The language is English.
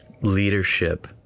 leadership